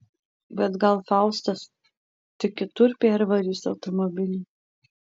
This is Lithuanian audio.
bet gal faustas tik kitur pervarys automobilį